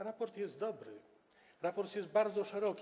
Raport jest dobry, raport jest bardzo szeroki.